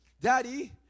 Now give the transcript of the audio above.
Daddy